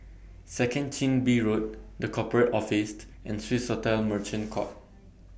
Second Chin Bee Road The Corporate Office and Swissotel Merchant Court